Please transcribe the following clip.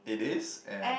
it is and